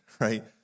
right